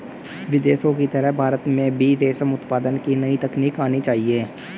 विदेशों की तरह भारत में भी रेशम उत्पादन की नई तकनीक आनी चाहिए